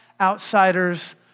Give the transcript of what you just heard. outsiders